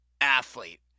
athlete